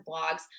blogs